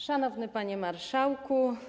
Szanowny Panie Marszałku!